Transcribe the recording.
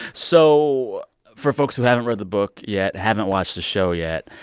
so for folks who haven't read the book yet, haven't watched the show yet,